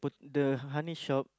but the honey shop